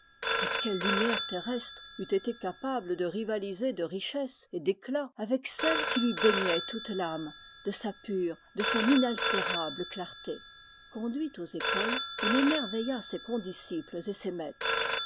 et quelle lumière terrestre eût été capable de rivaliser de richesse et d'éclat avec celle qui lui baignait toute l'âme de sa pure de son inaltérable clarté conduit aux écoles il émerveilla ses condisciples et ses maîtres